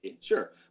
Sure